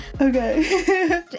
Okay